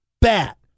Bat